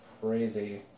crazy